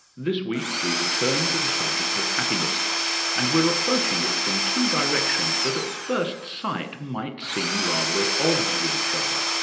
this week we return to the subject of happiness and we're approaching it from two directions that at first sight might seen rather at odds with each other.